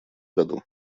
году